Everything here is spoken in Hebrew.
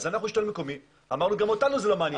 אנחנו השלטון המקומי אמרנו שגם אותנו זה לא מעניין.